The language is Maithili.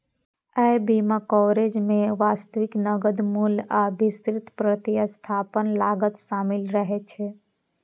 अय बीमा कवरेज मे वास्तविक नकद मूल्य आ विस्तृत प्रतिस्थापन लागत शामिल रहै छै